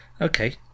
okay